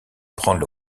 prendre